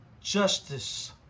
Justice